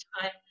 time